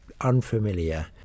unfamiliar